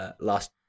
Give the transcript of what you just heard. last